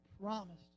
promised